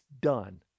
done